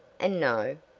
and no.